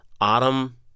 Autumn